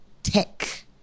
tech